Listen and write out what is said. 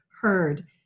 heard